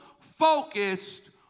focused